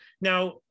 Now